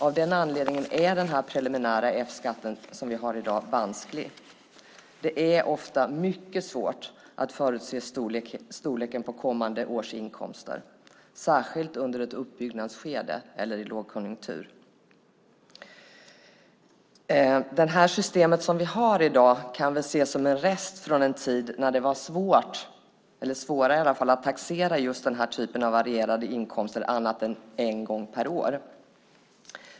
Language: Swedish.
Av den anledningen är den preliminära F-skatten som vi har i dag vansklig. Det är ofta mycket svårt att förutse storleken på kommande årsinkomster, särskilt under ett uppbyggnadsskede eller i lågkonjunktur. Det system som vi har i dag kan väl ses som en rest från en tid när det var svårt, eller i alla fall svårare, att taxera just den här typen av varierade inkomster annat än en gång per år.